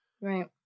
right